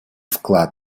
вклад